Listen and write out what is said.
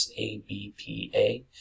ABPA